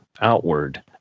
outward